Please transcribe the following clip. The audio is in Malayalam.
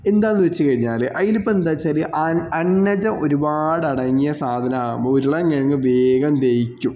എന്താണെന്ന് വച്ചാൽ കഴിഞ്ഞാൽ അതിൽ ഇപ്പം എന്താണ് ചെറിയ അന്നജം ഒരുപാട് അടങ്ങിയ സാധനാകുമ്പോൾ ഉരുളൻ കിഴങ്ങ് വേഗം ദഹിക്കും